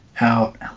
out